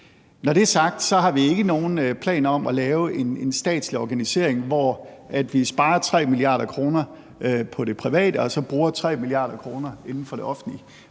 Når det er sagt, har vi ikke nogen planer om at lave en statslig organisering, hvor vi sparer 3 mia. kr. på det private og så bruger 3 mia. kr. inden for det offentlige.